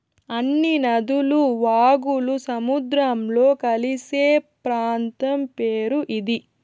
అన్ని నదులు వాగులు సముద్రంలో కలిసే ప్రాంతం పేరు ఇది